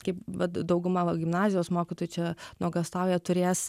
kaip vat dauguma va gimnazijos mokytojų čia nuogąstauja turės